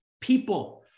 People